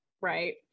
right